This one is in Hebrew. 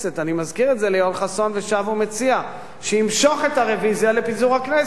אני מזכיר את זה ליואל חסון ושב ומציע שימשוך את הרוויזיה לפיזור הכנסת.